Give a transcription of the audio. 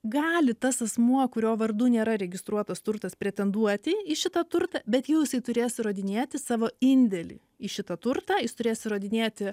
gali tas asmuo kurio vardu nėra registruotas turtas pretenduoti į šitą turtą bet jau jisai turės įrodinėti savo indėlį į šitą turtą jis turės įrodinėti